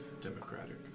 democratic